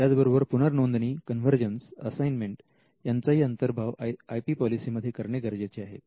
त्याचबरोबर पुनरनोंदणी convergence assignment यांचाही अंतर्भाव आय पी पॉलिसीमध्ये करणे गरजेचे आहे